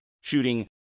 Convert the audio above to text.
shooting